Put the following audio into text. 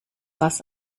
was